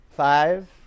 Five